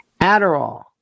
Adderall